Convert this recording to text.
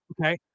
Okay